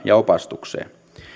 ja opastukseen